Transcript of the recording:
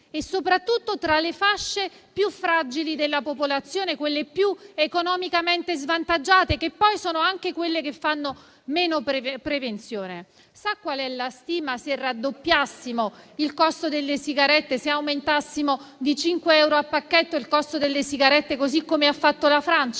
i giovani e tra le fasce più fragili della popolazione, quelle più economicamente svantaggiate, che poi sono anche quelle che fanno meno prevenzione. Si stima che, se raddoppiassimo il costo delle sigarette, se ne aumentassimo di cinque euro il costo per pacchetto, così come ha fatto la Francia,